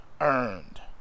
earned